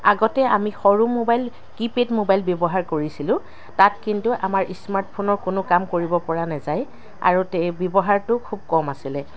আগতে আমি সৰু মোবাইল কিপেড মোবাইল ব্যৱহাৰ কৰিছিলোঁ তাত কিন্তু আমাৰ স্মাৰ্টফোনৰ কোনো কাম কৰিব পৰা নাযায় আৰু তে ব্যৱহাৰটো খুব কম আছিলে